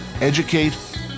educate